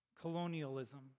colonialism